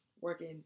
working